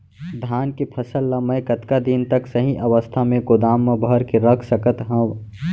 धान के फसल ला मै कतका दिन तक सही अवस्था में गोदाम मा भर के रख सकत हव?